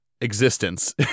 existence